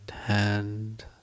hand